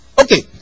Okay